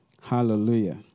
Hallelujah